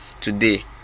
today